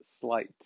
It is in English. slight